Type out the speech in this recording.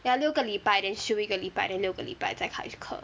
ya 六个礼拜 then 休一个礼拜 then 六个礼拜再开始课